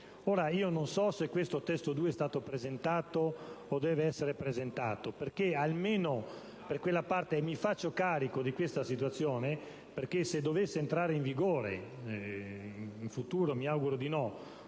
guerra. Non so se questo testo 2 sia stato presentato o debba essere presentato, perché almeno per quella parte, e mi faccio carico di questa situazione (perché se dovesse entrare in vigore in futuro - mi auguro di no